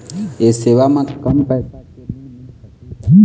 ये सेवा म कम पैसा के ऋण मिल सकही का?